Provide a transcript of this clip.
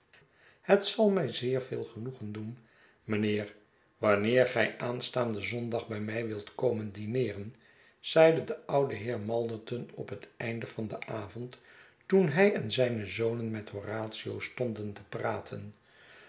het zal mij zeer veel genoegen doen mijnheer wanneer gij aanstaanden zondag bij mij wilt komen dineeren zeide de oude heer malderton op het einde van den avond toen hij en zijne zonen met horatio stonden te praten